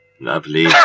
Lovely